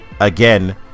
again